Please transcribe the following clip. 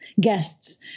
guests